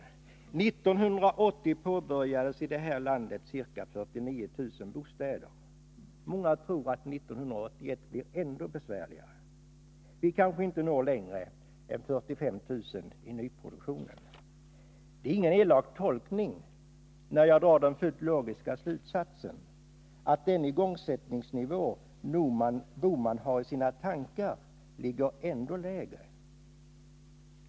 1980 påbörjades i det här landet ca 49 000 bostäder. Många tror att 1981 blir ändå besvärligare. Vi kanske inte når längre än till 45 000 bostäder i nyproduktionen. Det är ingen elak tolkning när jag drar den fullt logiska slutsatsen att den igångsättningsnivå som Gösta Bohman har i sina tankar ligger ändå lägre.